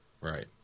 Right